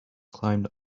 climbed